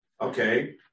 Okay